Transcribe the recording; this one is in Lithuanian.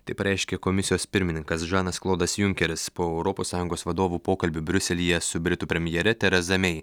tai pareiškė komisijos pirmininkas žanas klodas junkeris po europos sąjungos vadovų pokalbių briuselyje su britų premjere tereza mei